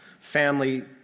family